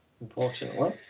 unfortunately